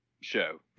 show